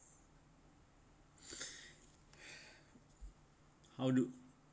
how do